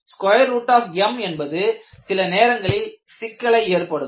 mஎன்பது சில நேரங்களில் சிக்கலை ஏற்படுத்தும்